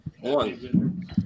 One